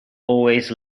always